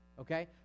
okay